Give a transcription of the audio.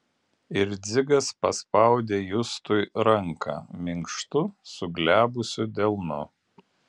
ir dzigas paspaudė justui ranką minkštu suglebusiu delnu